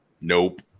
Nope